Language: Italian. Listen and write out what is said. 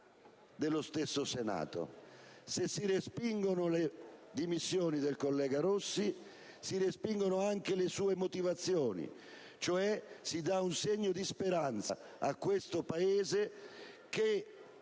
dello stesso Senato. Se si respingono le dimissioni del collega Rossi, si respingono anche le sue motivazioni, cioè si dà un segno di speranza a questo Paese nel